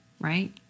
right